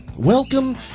Welcome